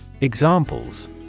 Examples